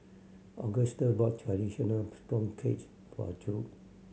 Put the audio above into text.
Augustus bought traditional sponge cage for Judd